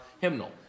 hymnal